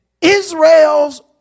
Israel's